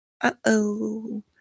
uh-oh